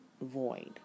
void